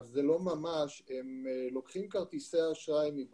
הם לוקחים כרטיסי אשראי לא